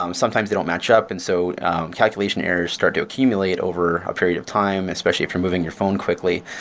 um sometimes they don't match up and so calculation errors start to accumulate over a period of time, especially if you're moving your phone quickly,